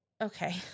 okay